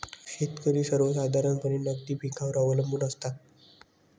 शेतकरी सर्वसाधारणपणे नगदी पिकांवर अवलंबून असतात